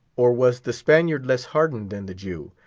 or was the spaniard less hardened than the jew,